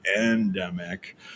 endemic